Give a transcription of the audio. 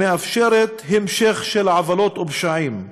שמאפשרת המשך של עוולות ופשעים.